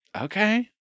okay